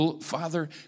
Father